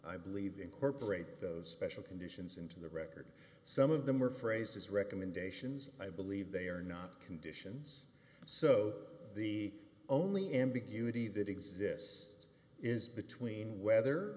i believe incorporate those special conditions into the record some of them were phrased as recommendations i believe they are not conditions so the only ambiguity that exists is between whether